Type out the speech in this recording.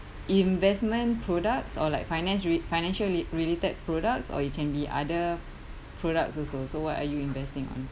investment products or like finance re~ financially re~ related products or it can be other products also so what are you investing on